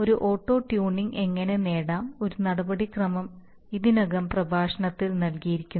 ഒരു auto tuning എങ്ങനെ നേടാം ഒരു നടപടിക്രമം ഇതിനകം പ്രഭാഷണത്തിൽ നൽകിയിരിക്കുന്നു